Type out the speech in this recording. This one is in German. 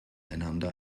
einander